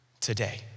today